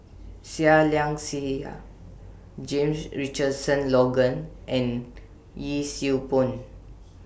Seah Liang Seah James Richardson Logan and Yee Siew Pun